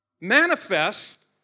manifest